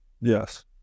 Yes